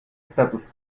статус